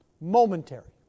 momentary